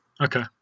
Okay